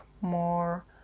more